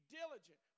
diligent